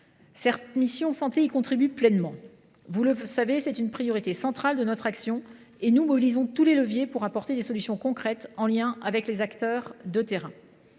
Cette mission « Santé » y contribue pleinement. Vous le savez, c’est une priorité centrale de notre action et nous mobilisons tous les leviers pour apporter des solutions concrètes, en lien avec les acteurs du terrain.